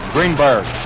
Greenberg